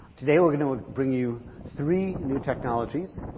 today we're going to bring you three new technologies.